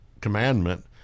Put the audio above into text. commandment